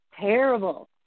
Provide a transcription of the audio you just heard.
terrible